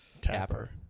Tapper